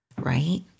right